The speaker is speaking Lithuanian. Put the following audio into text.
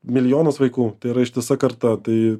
milijonas vaikų tai yra ištisa karta tai